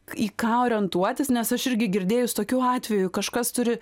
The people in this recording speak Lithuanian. į ką orientuotis nes aš irgi girdėjus tokių atvejų kažkas turi